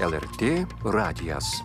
lrt radijas